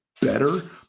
better